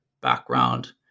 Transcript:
background